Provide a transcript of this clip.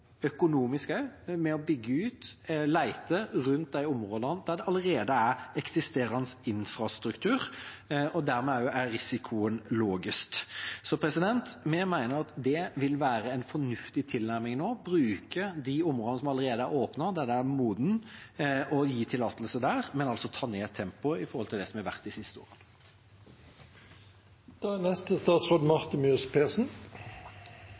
områdene der det allerede er eksisterende infrastruktur. Dermed er også risikoen lavest. Vi mener det vil være en fornuftig tilnærming nå, bruke de områdene som allerede er åpnet, der det er modent, og gi tillatelser der, men ta ned tempoet i forhold til det som har vært de siste årene. Representanten Kjell Ingolf Ropstad har tatt opp det forslaget han viste til. Regjeringen vil at olje- og gassnæringen skal utvikles, ikke avvikles. Petroleumssektoren er